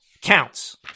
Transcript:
counts